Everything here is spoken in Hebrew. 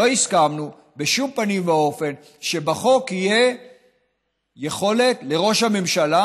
לא הסכמנו בשום פנים ואופן שבחוק תהיה יכולת לראש הממשלה,